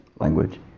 language